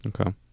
Okay